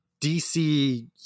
dc